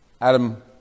Adam